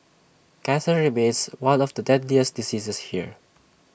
cancer remains one of the deadliest diseases here